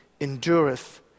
endureth